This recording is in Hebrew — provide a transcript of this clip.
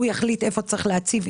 הוא יחליט איפה צריך להציב,